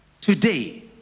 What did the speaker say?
today